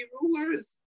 rulers